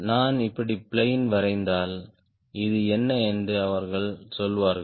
நான் இப்படி பிளேன் வரைந்தால் இது என்ன என்று அவர்கள் சொல்வார்கள்